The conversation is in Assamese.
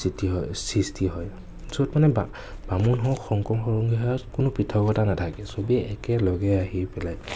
সৃষ্টি হয় য'ত মানে বামুণ হওক শংকৰ সংঘৰীয়াৰ কোনো পৃথকতা নাথাকে চবে একেলগে আহি পেলাই